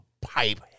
pipe